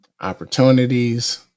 opportunities